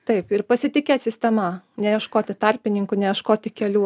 taip ir pasitikėt sistema neieškoti tarpininkų neieškoti kelių